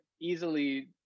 easily